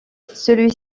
celui